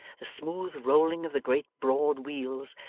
the smooth rolling of the great broad wheels,